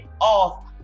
off